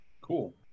Cool